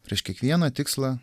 prieš kiekvieną tikslą